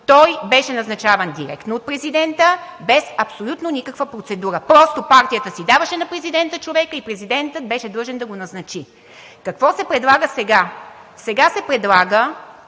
беше назначаван директно от президента, без абсолютно никаква процедура, просто партията си даваше на президента човека и президентът беше длъжен да го назначи. Какво се предлага сега? Сега се предлага